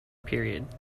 period